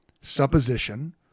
supposition